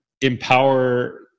empower